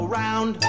round